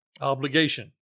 obligation